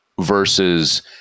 versus